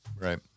Right